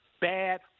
Bad